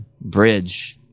bridge